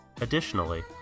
Additionally